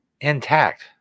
intact